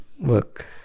work